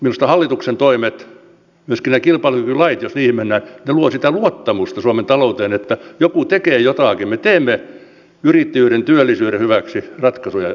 minusta hallituksen toimet myöskin nämä kilpailukykylait jos niihin mennään luovat sitä luottamusta suomen talouteen että joku tekee jotakin me teemme yrittäjyyden työllisyyden hyväksi ratkaisuja